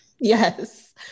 Yes